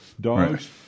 Dogs